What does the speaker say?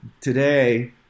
today